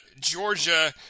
Georgia